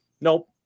Nope